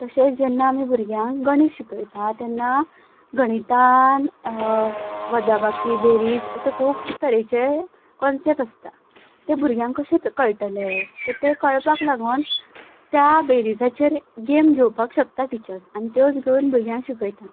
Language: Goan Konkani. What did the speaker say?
तशेंच जेन्ना आमी भुरग्यांक गणीत शिकयता तेन्ना गणितान वजाबाकी बेरीज अशे खूब तरेचे कॉनसेप्ट आसता ते भुरग्यांक कशे कळटले सो ते कळपाक लागून त्या बेरिजाचेर गेम घेवपाक शकता टिचर आनी त्योच घेवन भुरग्यांक शिकयता